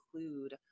include